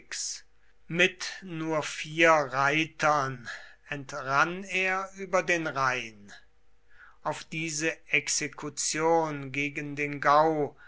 mit nur vier reitern entrann er über den rhein auf diese exekution gegen den gau